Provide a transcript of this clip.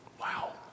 Wow